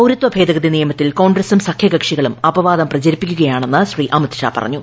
പൌരത്വ ഭേദഗതി നിയമത്തിൽ കോൺഗ്രസും സഖ്യകക്ഷികളും അപവാദം പ്രചരിപ്പിക്കുകയാണെന്ന് ശ്രീ അമിത് ഷാ പറഞ്ഞു